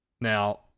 Now